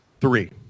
three